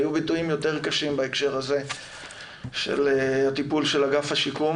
היו ביטויים יותר קשים בהקשר הזה של הטיפול של אגף השיקום.